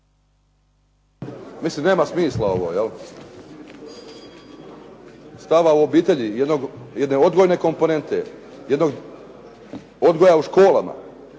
Mislim, nema smisla ovo, stava u obitelji, jedne odgojne komponente, jednog odgoja u školama